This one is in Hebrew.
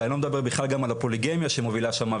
ואני לא מדבר בכלל על הפוליגמיה שנהוגה שם,